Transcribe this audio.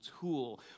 tool